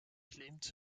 klimt